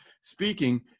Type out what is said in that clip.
speaking